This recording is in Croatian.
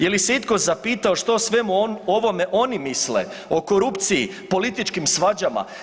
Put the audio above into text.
Je li se itko zapitao što sve o ovome oni misle, o korupciji, političkim svađama?